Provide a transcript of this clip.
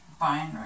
Binary